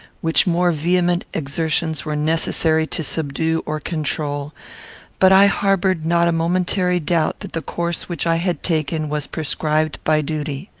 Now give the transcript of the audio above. which more vehement exertions were necessary to subdue or control but i harboured not a momentary doubt that the course which i had taken was prescribed by duty.